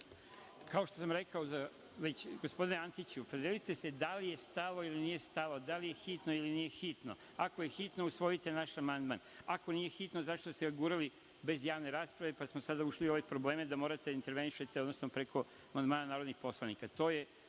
Kao što sam rekao, gospodine Antiću, opredelite se da li je stalo ili nije stalo, da li je hitno ili nije hitno, ako je hitno usvojite naš amandman, ako nije hitno zašto ste gurali bez javne rasprave, pa smo sada ušli u ove probleme da morate da intervenišete, odnosno preko amandmana narodnih poslanika. To je